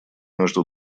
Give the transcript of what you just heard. между